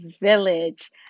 village